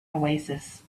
oasis